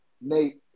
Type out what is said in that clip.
Nate